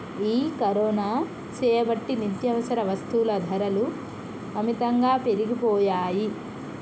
ఈ కరోనా సేయబట్టి నిత్యావసర వస్తుల ధరలు అమితంగా పెరిగిపోయాయి